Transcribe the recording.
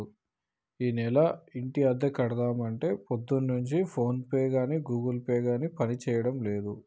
ఈనెల ఇంటి అద్దె కడదామంటే పొద్దున్నుంచి ఫోన్ పే గాని గూగుల్ పే గాని పనిచేయడం లేదు